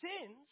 sins